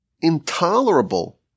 intolerable